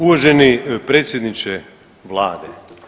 Uvaženi predsjedniče Vlade.